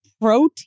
protein